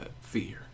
fear